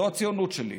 זו הציונות שלי.